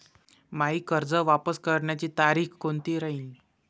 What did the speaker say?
मायी कर्ज वापस करण्याची तारखी कोनती राहीन?